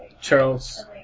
Charles